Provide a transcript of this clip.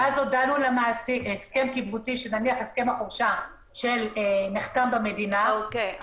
נניח שהסכם החופשה שנחתם במדינה -- אוקיי,